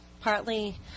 partly